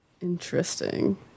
interesting